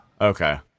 okay